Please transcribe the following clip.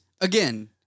Again